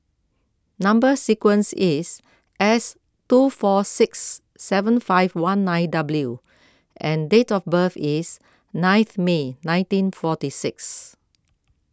Number Sequence is S two four six seven five one nine W and date of birth is ninth May nineteen forty six